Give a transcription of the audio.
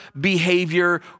behavior